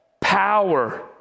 power